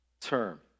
term